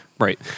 Right